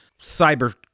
cyber